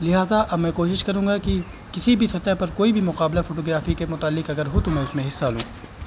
لہٰذا اب میں کوشش کروں گا کہ کسی بھی سطح پر کوئی بھی مقابلہ فوٹوگرافی کے متعلق اگر ہو تو میں اس میں حصہ لوں